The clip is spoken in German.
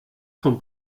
vom